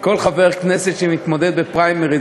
כל חבר כנסת שמתמודד בפריימריז,